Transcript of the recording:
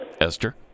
Esther